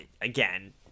again